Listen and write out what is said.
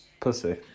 pussy